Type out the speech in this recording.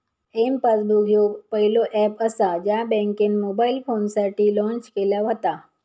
M passbook ह्यो पहिलो app असा ज्या बँकेन मोबाईल फोनसाठी लॉन्च केला व्हता